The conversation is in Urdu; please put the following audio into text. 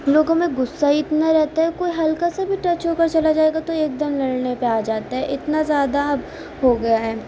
لوگوں میں غصہ اتنا رہتا ہے کوئی ہلکا سا بھی ٹچ ہو کر چلا جائے گا تو ایک دم لڑنے پہ آ جاتے ہیں اتنا زیادہ اب ہوگیا ہے